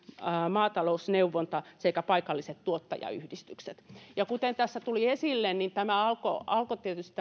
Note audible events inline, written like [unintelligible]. maatalousneuvonta sekä paikalliset tuottajayhdistykset kuten tässä tuli esille tämä kipsihanke alkoi tietysti [unintelligible]